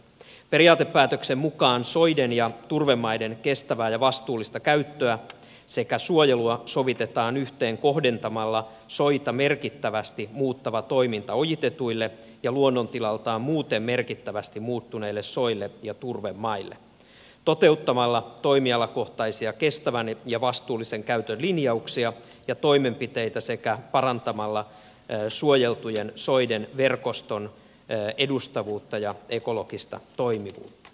periaatepäätöksen mukaan soiden ja turvemaiden kestävää ja vastuullista käyttöä sekä suojelua sovitetaan yhteen kohdentamalla soita merkittävästi muuttava toiminta ojitetuille ja luonnontilaltaan muuten merkittävästi muuttuneille soille ja turvemaille toteuttamalla toimialakohtaisia kestävän ja vastuullisen käytön linjauksia ja toimenpiteitä sekä parantamalla suojeltujen soiden verkoston edustavuutta ja ekologista toimivuutta